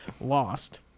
lost